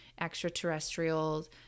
extraterrestrials